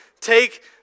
take